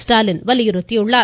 ஸ்டாலின் வலியுறுத்தியுள்ளார்